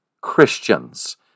Christians